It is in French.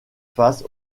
face